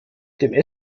dem